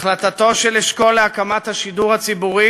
החלטתו של אשכול על הקמת השידור הציבורי